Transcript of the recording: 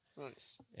Nice